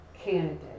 candidate